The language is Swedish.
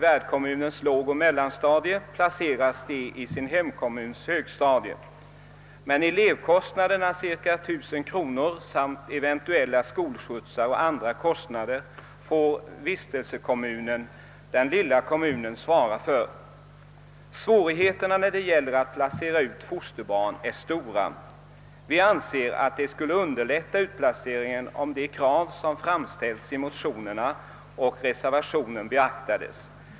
Men elevkostnaderna, cirka 1000 kronor samt kostnaderna för eventuella skolskjutsar och andra kostnader får vistelsekommunen, den lilla kommunen, svara för. Svårigheterna när det gäller att placera ut fosterbarn är stora. Vi anser att det skulle underlätta utplaceringen, om de krav som framställts i motionerna och reservationen beaktades.